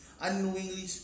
unknowingly